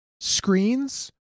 screens